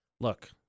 Look